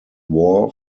war